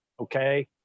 Okay